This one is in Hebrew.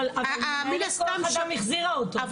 אבל המנהלת כוח אדם החזירה אותו,